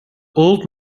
old